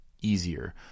easier